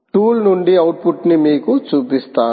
tool నుండి output ని మీకు చూపిస్తాను